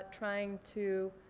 trying to